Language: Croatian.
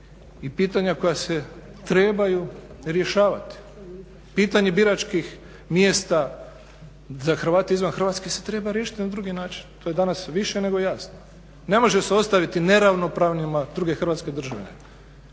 i pitanja koja se trebaju rješavati. Pitanje biračkih mjesta za Hrvatske izvan Hrvatske se treba riješiti na drugi način, to je danas više nego jasno. Ne može ostaviti neravnopravnima druge hrvatske državljane.